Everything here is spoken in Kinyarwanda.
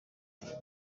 ayo